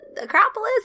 Acropolis